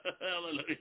Hallelujah